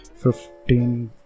15